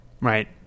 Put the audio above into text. right